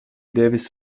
devis